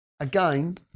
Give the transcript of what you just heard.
Again